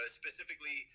specifically